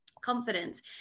confidence